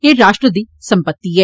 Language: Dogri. एह् राश्ट्र दी सम्पत्ति ऐ